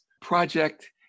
project